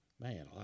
Man